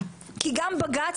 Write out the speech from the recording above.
כי גם בג"צ